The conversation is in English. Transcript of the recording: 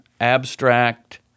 abstract